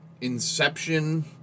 Inception